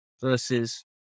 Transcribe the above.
versus